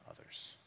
others